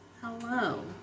Hello